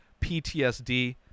ptsd